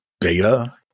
beta